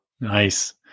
Nice